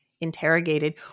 interrogated